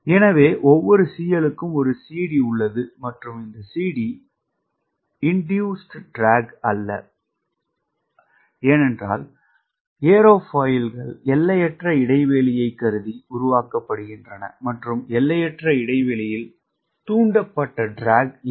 எனவே ஒவ்வொரு CL க்கும் ஒரு CD உள்ளது மற்றும் இந்த CD இண்டூஸ்ட் ட்ராக் அல்ல ஏனென்றால் ஏரோஃபாயில் கள் எல்லையற்ற இடைவெளியைக் கருதி உருவாக்கப்படுகின்றன மற்றும் எல்லையற்ற இடைவெளியில் இண்டூஸ்ட் ட்ராக் இல்லை